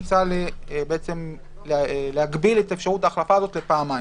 מוצע להגביל את אפשרות ההחלפה הזו לפעמיים.